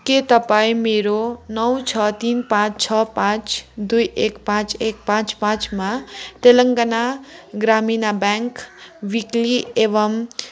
के तपाईँ मेरो नौ छ तिन पाँच छ पाँच दुई एक पाँच एक पाँच पाँचमा तेलङ्गाना ग्रामीण ब्याङ्क वुइकली एवम्